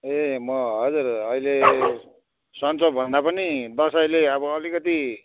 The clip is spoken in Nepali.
ए म हजुर अहिले सन्चो भन्दा पनि दसैँले अब अलिकति